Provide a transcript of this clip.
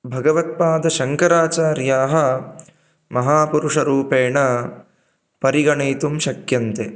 भगवत्पादशङ्कराचार्याः महापुरुषरूपेण परिगणयितुं शक्यन्ते